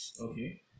Okay